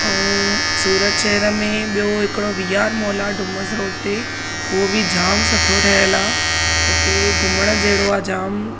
ऐं सूरत शहर में ॿियो हिकिड़ो वी आर मॉल आहे डुमस रोड ते उहो बि जाम सुठो ठहियल आहे हुते घुमण जहिड़ो आहे जाम